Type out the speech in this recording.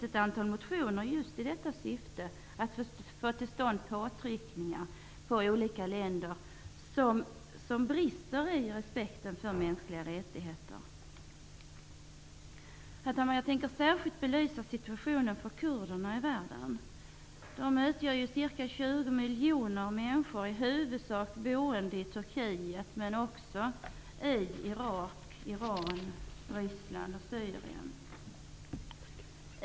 Ett antal motioner har väckts just i syfte att få till stånd påtryckningar på olika länder som brister i respekten för mänskliga rättigheter. Herr talman! Jag tänker särskilt belysa situationen för kurderna i världen. De utgör ca 20 miljoner människor i huvudsak boende i Turkiet men också i Irak, Iran, Ryssland och Syrien.